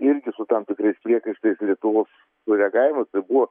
irgi su tam tikrais priekaištais lietuvos sureagavimais tai buvo